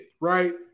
right